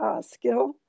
skill